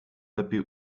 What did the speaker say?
lepiej